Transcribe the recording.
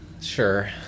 sure